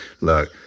Look